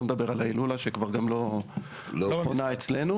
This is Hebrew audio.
לא מדבר על ההילולה שגם כבר לא חונה אצלנו.